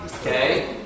Okay